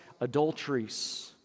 adulteries